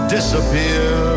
Disappear